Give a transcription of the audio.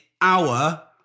hour